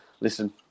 listen